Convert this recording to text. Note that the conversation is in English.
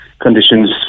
conditions